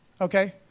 Okay